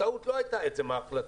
הטעות לא הייתה עצם ההחלטה.